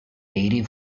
eighty